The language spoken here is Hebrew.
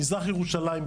במזרח ירושלים,